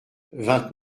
vingt